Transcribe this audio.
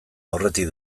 aurretik